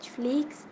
Netflix